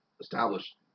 established